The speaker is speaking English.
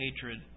hatred